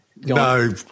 No